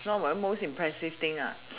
know my most impressive thing